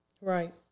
Right